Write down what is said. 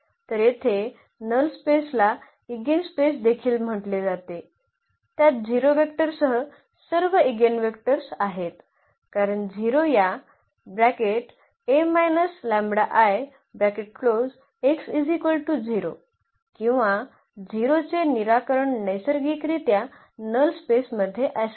तर येथे नल स्पेसला एइगेनस्पेस देखील म्हटले जाते त्यात 0 वेक्टरसह सर्व ईगेनवेक्टर्स आहेत कारण 0 या किंवा 0 चे निराकरण नैसर्गिकरित्या नल स्पेस मध्ये असेल